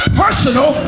personal